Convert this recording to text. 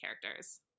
characters